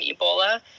ebola